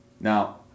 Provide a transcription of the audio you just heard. Now